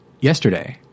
yesterday